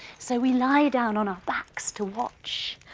so we lie down on our backs to watch.